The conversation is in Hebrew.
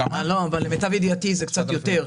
למיטב ידיעתי זה קצת יותר.